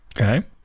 Okay